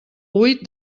huit